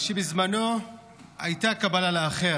זיכרונו לברכה, שבזמנו הייתה קבלה לאחר,